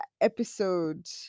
episode